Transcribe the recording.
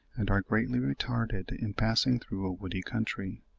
and are greatly retarded in passing through a woody country.